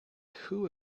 who